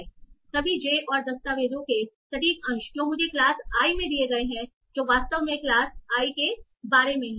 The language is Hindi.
𝑐𝑖𝑗∑𝑗 𝑐𝑖𝑗 सभी j और दस्तावेजों के सटीक अंश जो मुझे क्लास i में दिए गए हैं जो वास्तव में क्लास i के बारे में हैं